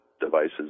devices